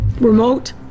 Remote